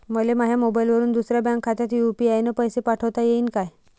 मले माह्या मोबाईलवरून दुसऱ्या बँक खात्यात यू.पी.आय न पैसे पाठोता येईन काय?